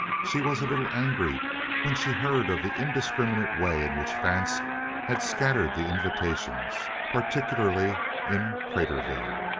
she was a little angry when she heard of the indiscriminate way in which vance had scattered the invitations, particularly in craterville.